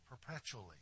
perpetually